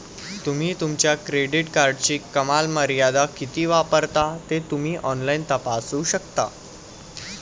तुम्ही तुमच्या क्रेडिट कार्डची कमाल मर्यादा किती वापरता ते तुम्ही ऑनलाइन तपासू शकता